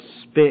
spit